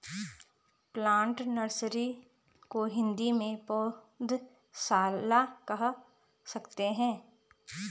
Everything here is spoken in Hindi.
प्लांट नर्सरी को हिंदी में पौधशाला कह सकते हैं